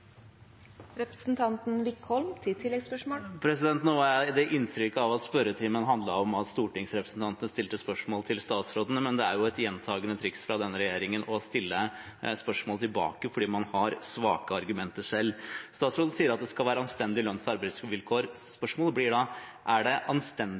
inntrykk av at spørretimen handlet om at stortingsrepresentantene stilte spørsmål til statsrådene – men det er jo et gjentakende triks fra denne regjeringen å stille spørsmål tilbake fordi man har svake argumenter selv. Statsråden sier at det skal være anstendige lønns- og arbeidsvilkår. Spørsmålet blir da: Er det anstendig